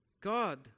God